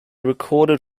recorded